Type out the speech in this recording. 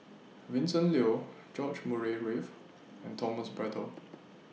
Vincent Leow George Murray Reith and Thomas Braddell